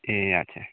ए आच्छा